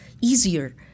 easier